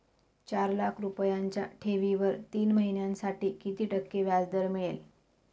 चार लाख रुपयांच्या ठेवीवर तीन महिन्यांसाठी किती टक्के व्याजदर मिळेल?